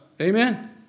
Amen